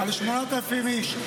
-- של 8,000 איש,